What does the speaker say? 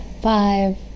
five